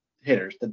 hitters